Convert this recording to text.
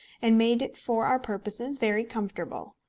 and made it for our purposes very comfortable.